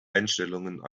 einstellungen